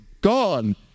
gone